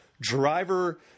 Driver